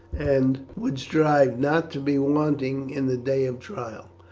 and would strive not to be wanting in the day of trial.